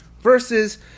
Versus